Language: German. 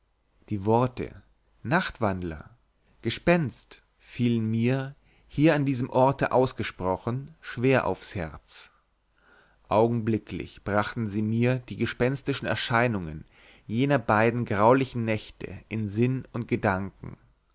die worte nachtwandler gespenst fielen mir hier an diesem orte ausgesprochen schwer aufs herz augenblicklich brachten sie mir die gespenstischen erscheinungen jener beiden graulichen nächte in sinn und gedanken